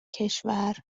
کشور